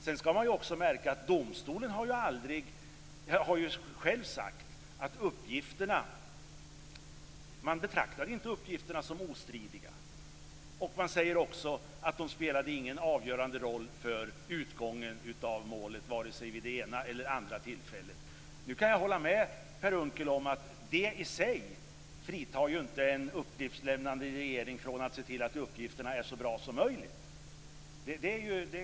Sedan skall man också komma ihåg att domstolen själv har sagt att man inte betraktade uppgifterna som ostridiga. Man säger också att de inte spelade någon avgörande roll för utgången av målet vid det ena eller det andra tillfället. Jag kan hålla med Per Unckel om att det i sig inte fritar en uppgiftslämnande regering från att se till att uppgifterna är så bra som möjligt.